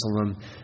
Jerusalem